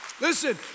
Listen